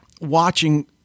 watching